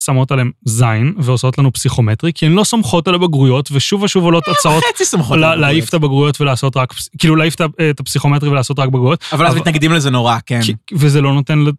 שמות עליהם זין ועושות לנו פסיכומטרי, כי אני לא סומכות על הבגרויות, ושוב ושוב עולות הצעות להעיף את הבגרויות ולעשות רק, כאילו להעיף את הפסיכומטרי ולעשות רק בגרויות. אבל אז מתנגדים לזה נורא, כן. וזה לא נותן ל...